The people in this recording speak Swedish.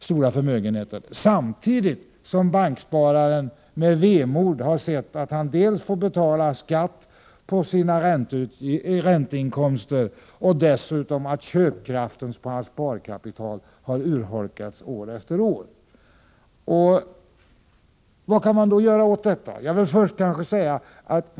Detta har skett samtidigt som bankspararen med vemod har sett att han dels får betala skatt på sina ränteinkomster, dels fått sin köpkraft urholkad år efter år. 120 Vad kan man göra åt detta?